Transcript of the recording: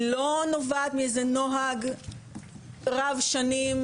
היא לא נובעת מאיזה נוהג רב שנים,